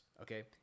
okay